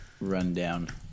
rundown